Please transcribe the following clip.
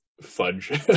fudge